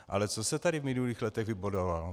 Ale co se tady v minulých letech vybudovalo?